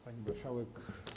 Pani Marszałek!